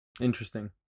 Interesting